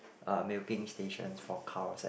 uh milking stations for cows and